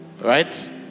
Right